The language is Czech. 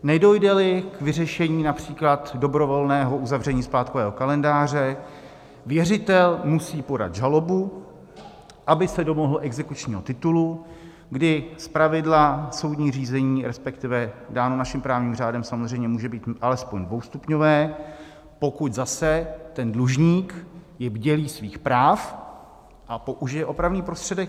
Nedojdeli k vyřešení, například dobrovolného uzavření splátkového kalendáře, věřitel musí podat žalobu, aby se domohl exekučního titulu, kdy zpravidla soudní řízení, respektive dáno naším právním řádem, může být alespoň dvoustupňové, pokud zase ten dlužník je bdělý svých práv a použije opravný prostředek.